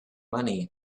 money